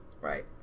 right